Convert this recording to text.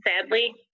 sadly